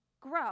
grow